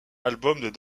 albums